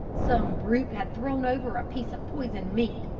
some brute had thrown over a piece of poisoned meat,